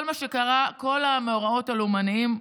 כל מה שקרה, כל המאורעות הלאומניים,